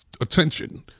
attention